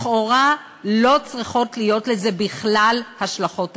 לכאורה לא צריכות להיות לזה בכלל השלכות תקציביות.